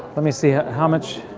let me see how how much,